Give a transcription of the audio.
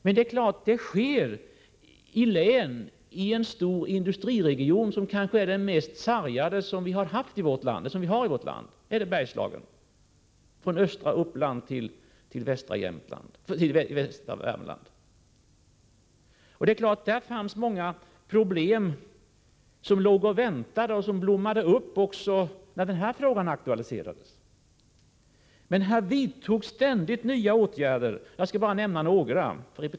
Men den ägde rum i en industriregion som kanske är den mest sargade i vårt land — Bergslagen, från östra Uppland till västra Värmland — och det är klart att det fanns många problem där som låg och väntade och blommade upp när den här frågan aktualiserades. Men vi vidtog ständigt nya åtgärder — jag vill återigen nämna några.